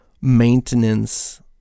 maintenance